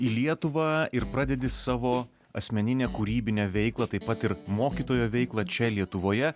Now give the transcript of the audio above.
į lietuvą ir pradedi savo asmeninę kūrybinę veiklą taip pat ir mokytojo veiklą čia lietuvoje